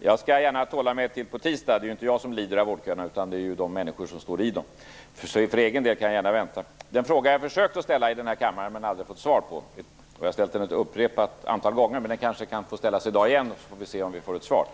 Jag skall gärna tåla mig tills på tisdag. Det är ju inte jag som lider av vårdköerna utan de människor som står i dem. För egen del kan jag gärna vänta. Jag har ett antal gånger försökt ställa en fråga i denna kammare men aldrig fått svar. Den kanske kan ställas i dag igen, så får vi se om vi får ett svar.